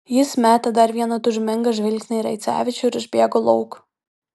jis metė dar vieną tūžmingą žvilgsnį į raicevičių ir išbėgo lauk